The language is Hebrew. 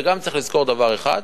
צריך גם לזכור דבר אחד: